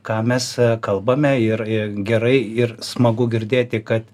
ką mes kalbame ir gerai ir smagu girdėti kad